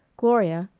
gloria,